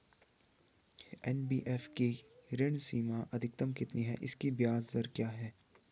NBFC की ऋण सीमा अधिकतम कितनी है इसकी ब्याज दर क्या है?